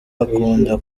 akunda